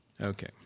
Okay